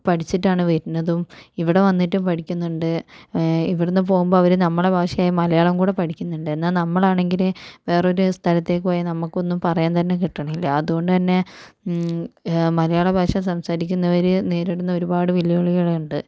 പഠിച്ചിട്ടാണ് വരുന്നതും ഇവിടെ വന്നിട്ടും പഠിക്കുന്നുണ്ട് ഇവിടുന്ന് പോകുമ്പോൾ അവർ നമ്മുടെ ഭാഷയായ മലയാളം കൂടെ പഠിക്കുന്നുണ്ട് എന്നാൽ നമ്മൾ ആണെങ്കില് വേറെ ഒരു സ്ഥലത്തേക്ക് പോയാൽ നമുക്ക് ഒന്നും പറയാൻ തന്നെ കിട്ടണില്ല അതുകൊണ്ട് തന്നെ മലയാള ഭാഷ സംസാരിക്കുന്നവര് നേരിടുന്ന ഒരുപാട് വെല്ലുവിളികളുണ്ട്